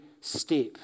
step